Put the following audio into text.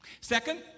Second